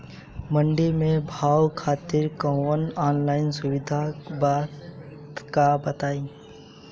मंडी के भाव खातिर कवनो ऑनलाइन सुविधा बा का बताई?